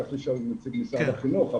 צריך לשאול את נציג משרד החינוך,